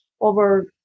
over